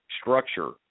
structure